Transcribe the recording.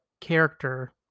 character